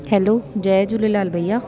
hello जय झूलेलाल भईया